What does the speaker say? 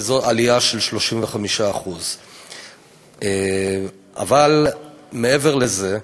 שזו עלייה של 35%. מעבר לזה,